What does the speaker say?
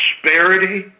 prosperity